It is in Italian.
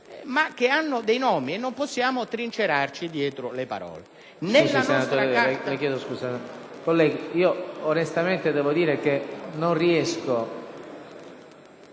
ma che hanno un nome. Non possiamo trincerarci dietro le parole.